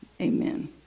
Amen